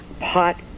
pot